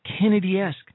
Kennedy-esque